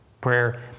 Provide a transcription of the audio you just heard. Prayer